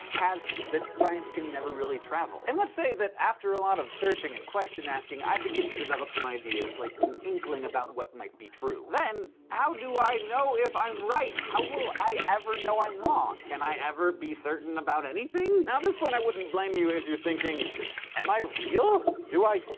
paths that science can never really travel? and let's say that, after a lot of searching and question-asking, i begin to develop some ideas like an inkling about what might be true. then how do i know if i'm right? how will i ever know i'm wrong? can i ever be certain about anything! now, at this point i wouldn't blame you if you're thinking am i real? do i.